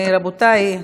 רבותי,